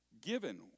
given